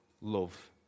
love